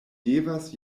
devas